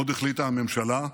עוד החליטה הממשלה,